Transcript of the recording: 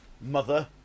Mother